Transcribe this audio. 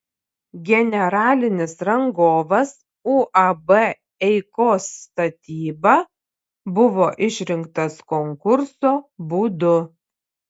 generalinis rangovas uab eikos statyba buvo išrinktas konkurso būdu